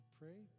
pray